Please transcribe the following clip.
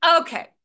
okay